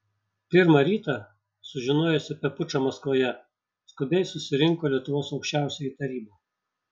pirmą rytą sužinojusi apie pučą maskvoje skubiai susirinko lietuvos aukščiausioji taryba